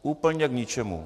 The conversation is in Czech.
Úplně k ničemu.